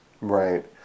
Right